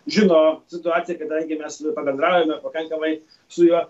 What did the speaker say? žino situaciją kadangi mes pabendraujame pakankamai su juo